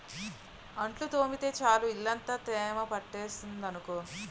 అంట్లు తోమితే చాలు ఇల్లంతా తేమ పట్టేసింది అనుకో